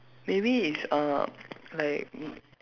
maybe it's uh like